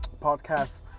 podcasts